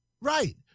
Right